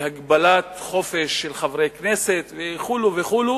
והגבלת החופש של חברי הכנסת, וכו' וכו'